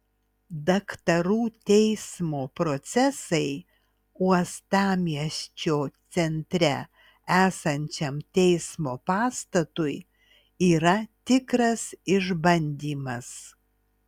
daktarų teismo procesai uostamiesčio centre esančiam teismo pastatui yra tikras išbandymas